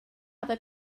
other